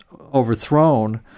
overthrown